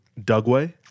Dugway